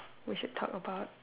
we should talk about